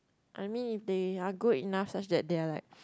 I mean if they are good enough such that they are like